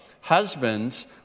Husbands